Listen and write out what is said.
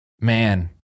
man